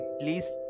please